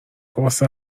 واسه